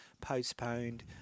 postponed